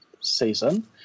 season